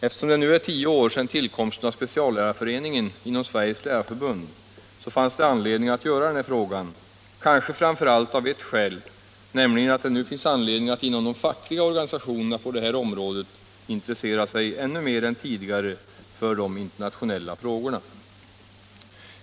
Eftersom det nu gått tio år sedan tillkomsten av Speciallärarföreningen inom Sveriges lärarförbund var det befogat att ställa den här frågan, kanske framför allt av ett skäl, nämligen att det nu finns anledning att inom de fackliga organisationerna på området intressera sig ännu mer än tidigare för de internationella spörsmålen.